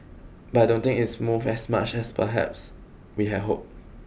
but I don't think it's moved as much as perhaps we had hoped